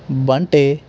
ਬੰਟੇ